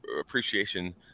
appreciation